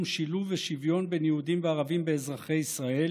שילוב ושוויון בין יהודים וערבים אזרחי ישראל